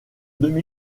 demi